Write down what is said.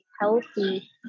healthy